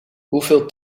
hoeveel